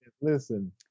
listen